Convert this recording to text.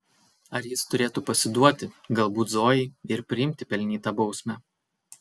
ar jis turėtų pasiduoti galbūt zojai ir priimti pelnytą bausmę